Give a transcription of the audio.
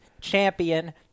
champion